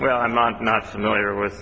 well i'm not familiar with